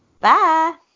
Bye